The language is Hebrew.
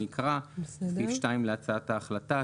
אני אקרא את סעיף 2 להצעת ההחלטה.